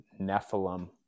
nephilim